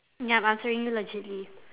ya I'm answering you legitly